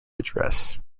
address